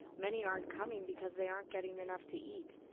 many aren't coming because they aren't getting enough to eat.